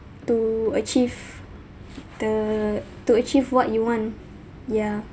to achieve the to achieve what you want ya